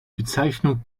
bezeichnung